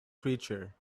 creature